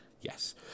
Yes